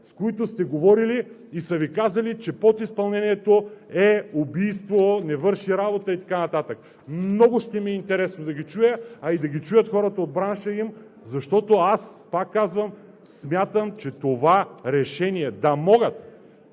с които сте говорили и са Ви казали, че подизпълнението е убийство, не върши работа и така нататък. Много ще ми е интересно да ги чуя, а и да ги чуят хората от бранша им, защото аз, пак казвам, смятам, че това решение е да могат.